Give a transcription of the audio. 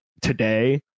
today